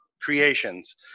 creations